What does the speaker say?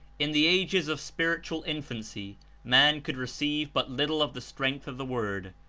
in the ages of spiritual infancy man could receive but little of the strength of the word,